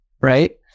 right